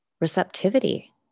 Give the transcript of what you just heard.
receptivity